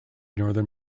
northern